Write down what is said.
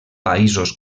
països